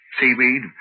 seaweed